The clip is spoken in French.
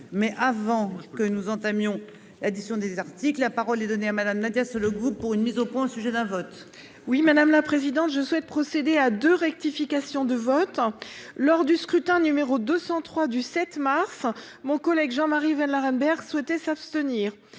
Mais avant que nous entamions édition des Arctic. La parole est donnée à madame Nadia le groupe pour une mise au point, au sujet d'un vote. Oui madame la présidente, je souhaite procéder à de rectification de vote lors du scrutin, numéro 203 du 7 mars. Mon collègue Jean Marie la Rimbert souhaitait s'abstenir